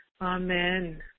Amen